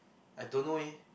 I don't know eh